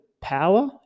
power